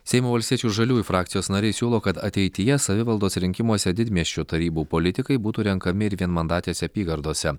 seimo valstiečių ir žaliųjų frakcijos nariai siūlo kad ateityje savivaldos rinkimuose didmiesčių tarybų politikai būtų renkami ir vienmandatėse apygardose